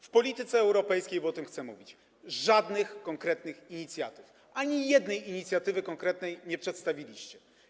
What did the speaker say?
W polityce europejskiej, bo o tym chcę mówić, żadnych konkretnych inicjatyw - ani jednej inicjatywy konkretnej - nie przedstawiliście.